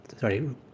Sorry